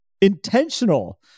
Intentional